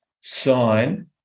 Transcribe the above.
sign